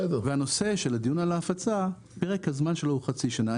והנושא של הדיון של ההפצה פרק הזמן שלו הוא חצי שנה.